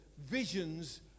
visions